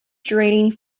draining